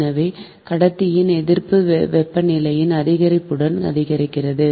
எனவே கடத்தியின் எதிர்ப்பு வெப்பநிலையின் அதிகரிப்புடன் அதிகரிக்கிறது